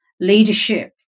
leadership